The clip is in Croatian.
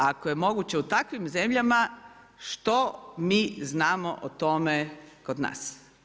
Ako je moguće u takvim zemljama, što mi znamo o tome kod nas?